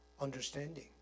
understanding